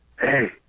hey